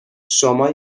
شما